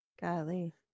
Golly